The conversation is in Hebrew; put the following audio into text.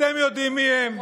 אתם יודעים מי הם.